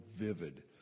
vivid